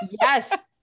yes